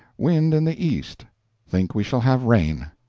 wind in the east think we shall have rain.